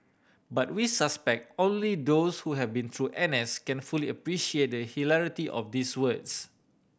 but we suspect only those who have been through N S can fully appreciate the hilarity of these words